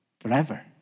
forever